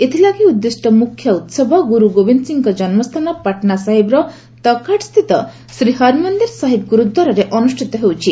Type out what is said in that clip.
ଏଥିଲାଗି ଉଦ୍ଦିଷ୍ଟ ମ୍ରଖ୍ୟ ଉତ୍ସବ ଗୁରୁ ଗୋବିନ୍ଦ ସିଂହଙ୍କ ଜନ୍ମସ୍ଥାନ ପାଟନା ସାହିବର ତକ୍ହାଟସ୍ଥିତ ଶ୍ରୀ ହର୍ମନ୍ଦିର ସାହିବ ଗୁରୁଦ୍ୱାରରେ ଅନୁଷ୍ଠିତ ହେଉଛି